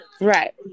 Right